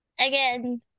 again